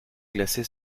glaçait